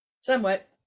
Somewhat